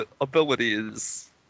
abilities